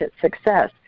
success